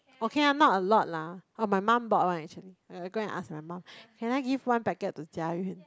okay I'm not a lot lah oh my mum bought one actually I go ask my mum can I give one packet to Jia-Yun